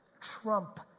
trump